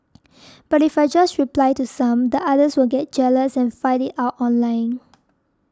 but if I just reply to some the others will get jealous and fight it out online